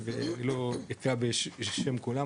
אני לא אקרא בשם כולם,